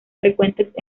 frecuentes